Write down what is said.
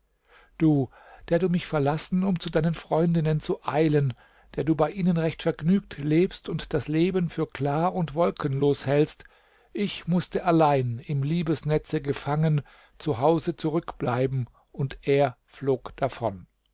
du der du mich verlassen um zu deinen freundinnen zu eilen der du bei ihnen recht vergnügt lebst und das leben für klar und wolkenlos hältst ich mußte allein im liebesnetze gefangen zu hause zurückbleiben und er flog davon